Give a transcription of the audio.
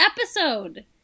episode